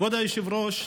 כבוד היושב-ראש,